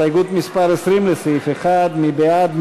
הסתייגות מס' 20 לסעיף 1, מי בעד?